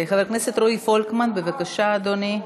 חבר הכנסת רועי פולקמן, בבקשה, אדוני.